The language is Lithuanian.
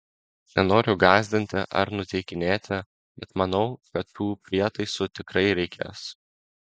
nenoriu gąsdinti ar nuteikinėti bet manau kad tų prietaisų tikrai reikės